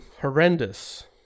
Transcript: horrendous